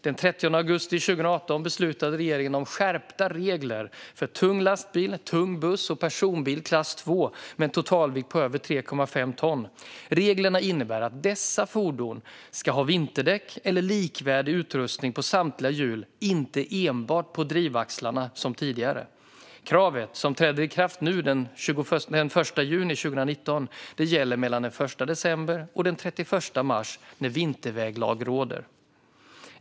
Den 30 augusti 2018 beslutade regeringen om skärpta regler för tung lastbil, tung buss och personbil klass II med en totalvikt över 3,5 ton. Reglerna innebär att dessa fordon ska ha vinterdäck eller likvärdig utrustning på samtliga hjul, inte enbart på drivaxlarna som tidigare. Kravet, som träder i kraft den 1 juni 2019, gäller mellan den 1 december och den 31 mars när vinterväglag råder.